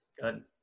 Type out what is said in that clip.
good